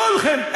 כולכם,